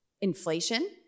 inflation